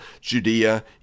Judea